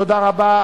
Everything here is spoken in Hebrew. תודה רבה.